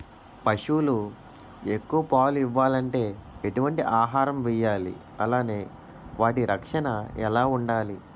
పశువులు ఎక్కువ పాలు ఇవ్వాలంటే ఎటు వంటి ఆహారం వేయాలి అలానే వాటి రక్షణ ఎలా వుండాలి?